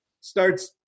starts